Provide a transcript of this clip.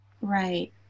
Right